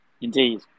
Indeed